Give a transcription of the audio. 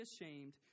ashamed